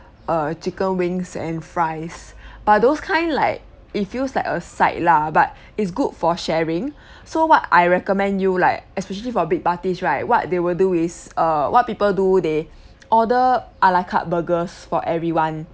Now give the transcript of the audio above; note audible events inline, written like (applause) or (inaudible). err chicken wings and fries but those kind like it feels like a side lah but it's good for sharing (breath) so what I recommend you like especially for big parties right what they will do is err what people do they order a la carte burgers for everyone